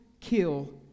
kill